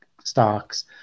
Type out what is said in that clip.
stocks